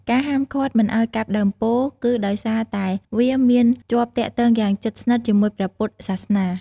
ការហាមឃាត់មិនឱ្យកាប់ដើមពោធិ៍ គឺដោយសារតែវាមានជាប់ទាក់ទងយ៉ាងជិតស្និទ្ធជាមួយព្រះពុទ្ធសាសនា។